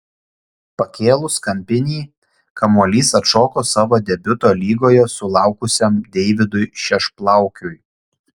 pakėlus kampinį kamuolys atšoko savo debiuto lygoje sulaukusiam deividui šešplaukiui